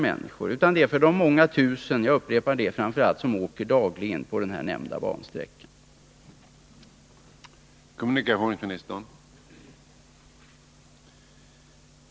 Det är i stället framför allt för de många tusen — jag upprepar det — som åker dagligen på den nämnda bansträckan som jag talar.